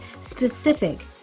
specific